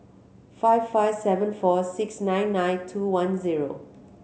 five five seven four six nine nine two one zero